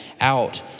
out